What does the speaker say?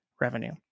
revenue